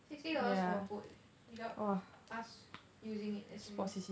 sixty dollars for a boat leh without us using it actually